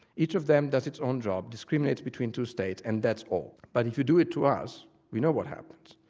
each of them does its own job, discriminates between two states and that's all. but if you do it to us, you know what happens.